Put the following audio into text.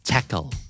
Tackle